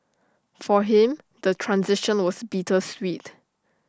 for him the transition was bittersweet